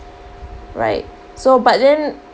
right so but then